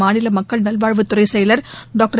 மாநில மக்கள் நல்வாழ்வுத்துறை செயலர் டாக்டர்